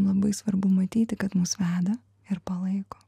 labai svarbu matyti kad mus veda ir palaiko